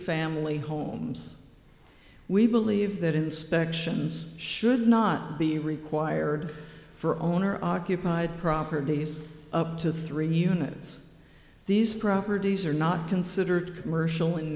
family homes we believe that inspections should not be required for owner occupied properties up to three units these properties are not considered commercial in